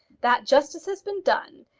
that justice has been done,